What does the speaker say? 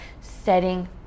setting